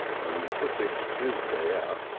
room for fixtures there,